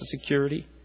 security